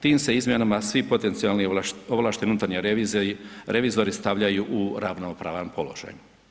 Tim se izmjenama svi potencijalni ovlašteni unutarnji revizori stavljaju u ravnopravan položaj.